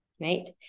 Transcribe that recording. right